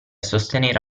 sostenere